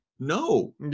No